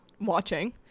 watching